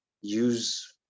use